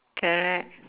correct